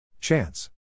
Chance